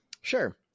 sure